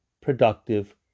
productive